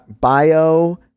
bio